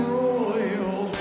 royal